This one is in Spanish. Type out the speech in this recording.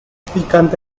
picante